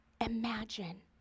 imagine